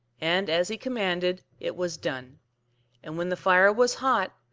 and as he commanded it was done and when the fire was hot,